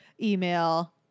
email